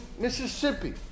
Mississippi